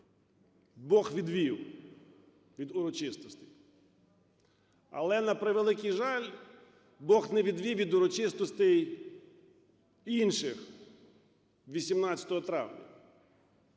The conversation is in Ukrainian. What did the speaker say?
Бог відвів від урочистостей. Але, на превеликий жаль, Бог не відвів від урочистостей інших 18 травня.